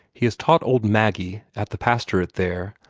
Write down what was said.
he has taught old maggie, at the pastorate there,